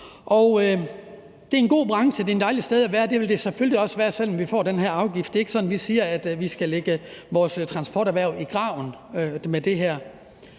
at være, og det vil det selvfølgelig også være, selv om vi får den her afgift. Det er ikke sådan, at vi siger, at vi lægger vores transporterhverv i graven med det her.